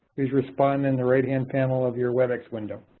please respond in the right hand panel of your webex window.